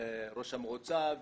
ראש המועצה,